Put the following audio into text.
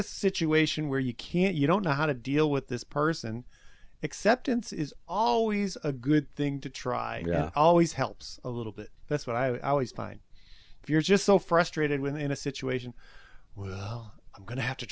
a situation where you can't you don't know how to deal with this person acceptance is always a good thing to try always helps a little bit that's what i always find if you're just so frustrated when in a situation where i'm going to have to